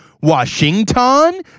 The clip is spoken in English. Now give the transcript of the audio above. Washington